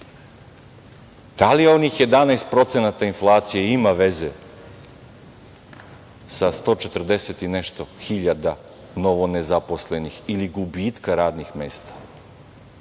Da li onih 11% inflacije ima veze sa 140 i nešto hiljada novonezaposlenih ili gubitka radnih mesta?